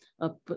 up